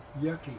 yucky